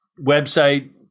website